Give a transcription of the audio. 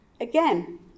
Again